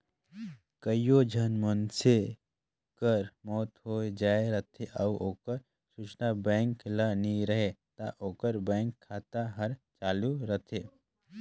कइयो झन मइनसे कर मउत होए जाए रहथे अउ ओकर सूचना बेंक ल नी रहें ता ओकर बेंक खाता हर चालू रहथे